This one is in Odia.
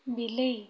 ବିଲେଇ